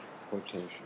quotation